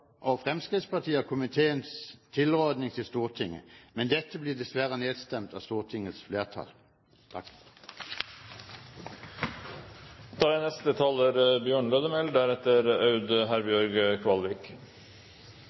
og Fremskrittspartiet er komiteens tilråding til Stortinget. Dette blir dessverre nedstemt av Stortingets flertall.